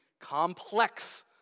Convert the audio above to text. complex